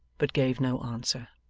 but gave no answer.